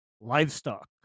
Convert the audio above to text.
livestock